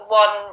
one